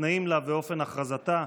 התנאים לה ואופן הכרזתה.